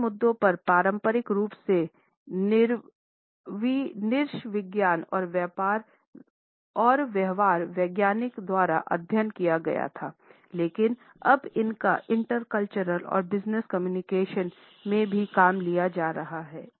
इन मुद्दों को पारंपरिक रूप से नृवंशविज्ञानी और व्यवहार वैज्ञानिक द्वारा अध्ययन किया गया था लेकिन अब इनका इंटरकल्चरल और बिजनेस कम्युनिकेशन में भी काम लिया जा रहा है